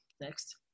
Next